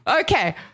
okay